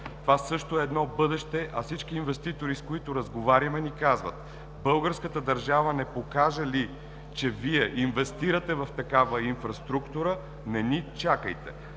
Това също е едно бъдеще, а всички инвеститори, с които разговаряме, ни казват: българската държава не покаже ли, че Вие инвестирате в такава инфраструктура, не ни чакайте!